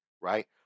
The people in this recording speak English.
right